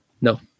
no